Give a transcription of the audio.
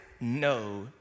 no